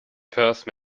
purse